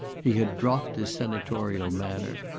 he had dropped his senatorial manner.